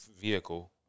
vehicle